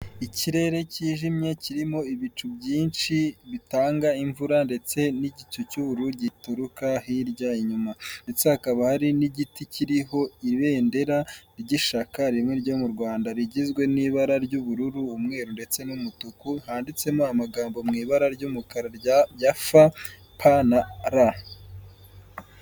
Ikirere kijimye kirimo ibicu byinshi bitanga imvura ndetse n'igitu cy'ubuyuru gituruka hirya inyuma ndetse hakaba hari n'igiti kiriho ibendera ry'ishaka rimwe ryo mu Rwanda rigizwe n'ibara ry'ubururu, umwe ndetse n'umutuku, handitsemo amagambo mu ibara ry'umukara rya FPR.